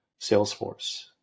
Salesforce